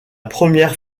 première